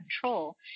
control